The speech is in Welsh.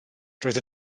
roedd